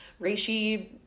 reishi